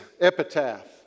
Epitaph